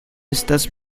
estas